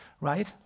right